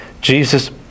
Jesus